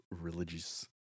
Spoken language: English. religious